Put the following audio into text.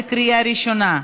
בקריאה ראשונה.